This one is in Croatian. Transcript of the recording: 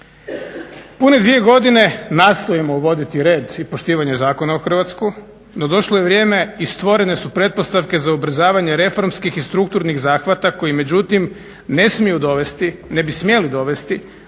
Pune dvije godine nastojimo uvoditi red i poštivanje zakona u Hrvatsku, no došlo je vrijeme i stvorene su pretpostavke za ubrzavanje reformskih i strukturnih zahvata koji međutim ne smiju dovesti,